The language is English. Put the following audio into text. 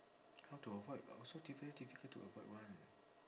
how to avoid so difficult difficult to avoid one